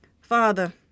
Father